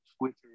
Twitter